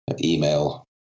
Email